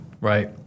Right